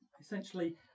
Essentially